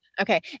Okay